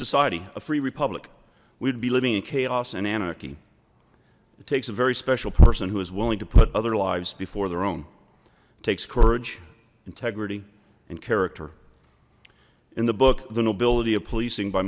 society a free republic we would be living in chaos and anarchy it takes a very special person who is willing to put other lives before their own takes courage integrity and character in the book the nobility of policing by